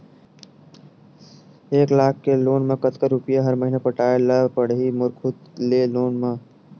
एक लाख के लोन मा कतका रुपिया हर महीना पटाय ला पढ़ही मोर खुद ले लोन मा?